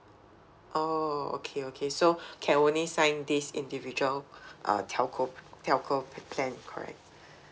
oh okay okay so can only sign this individual uh telco telco plan correct